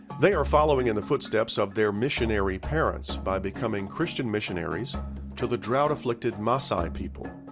they are following in the footsteps of their missionary parents by becoming christian missionaries to the drought afflicted maasai people.